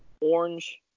Orange